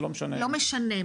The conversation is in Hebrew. ולא משנה -- לא משנה,